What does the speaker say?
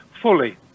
fully